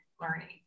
learning